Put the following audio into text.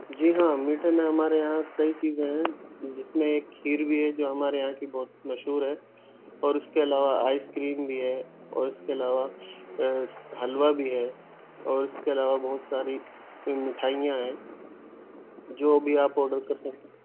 جی ہاں میٹھے میں ہمارے یہاں کئی چیزیں ہیں جس میں ایک کھیر بھی ہے جو ہمارے یہاں کی بہت مشہور ہے اور اس کے علاوہ آئس کریم بھی ہے اور اس کے علاوہ حلوہ بھی ہے اور اس کے علاوہ بہت ساری مٹھائیاں ہیں جو بھی آپ آڈر کر سکیں